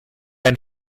ein